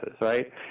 right